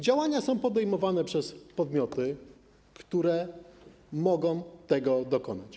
Działania są podejmowane przez podmioty, które mogą tego dokonać.